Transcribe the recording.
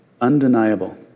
Undeniable